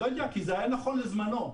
כי זה היה נכון לזמנו.